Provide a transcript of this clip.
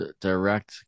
direct